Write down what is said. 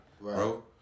bro